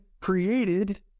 created